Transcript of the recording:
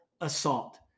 assault